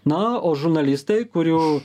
na o žurnalistai kurių